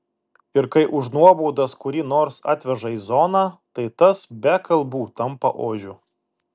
ir kai už nuobaudas kurį nors atveža į zoną tai tas be kalbų tampa ožiu